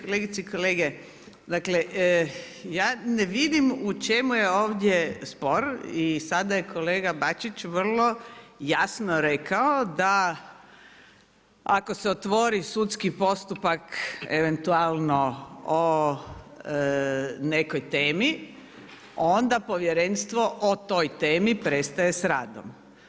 Kolegice i kolege, dakle ja ne vidim u čemu je ovdje spor i sada je kolega Bačić vrlo jasno rekao da ako se otvori sudski postupak eventualno o nekoj temi, onda Povjerenstvo o toj temi prestaje s radom.